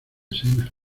sena